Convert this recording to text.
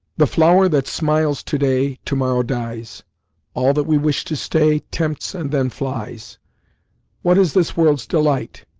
the flower that smiles to-day to-morrow dies all that we wish to stay, tempts and then flies what is this world's delight?